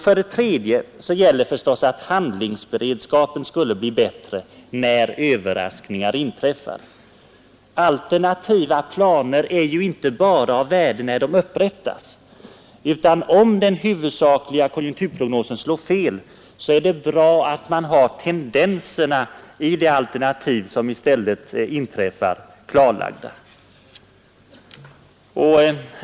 För det tredje gäller att handlingsberedskapen skulle bli bättre, när överraskningar inträffar. Alternativa planer är ju inte bara av värde när de upprättas. Om den huvudsakliga konjunkturprognosen slår fel, är det bra att man har tendenserna i det alternativ som i stället inträffar klarlagda.